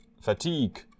fatigue